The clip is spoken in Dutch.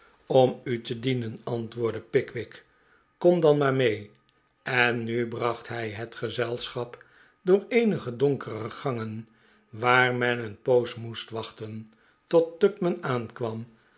om u te dienen antwoordde pickwick kom dan maar mee en nu bracht hij het gezelschap door eenige donkere gangen waar men een poos moest wachten tot tupman aankwam